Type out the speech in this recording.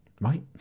right